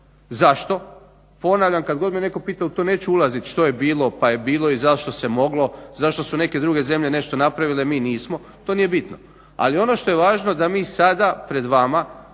Zašto? Ponavljam, kad god me netko pita u to neću ulazit što je bilo pa je bilo i zašto se moglo, zašto su neke druge zemlje nešto napravile, mi nismo, to je bitno. Ali ono što je važno da mi sada pred vama